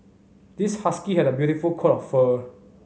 this husky had a beautiful coat of fur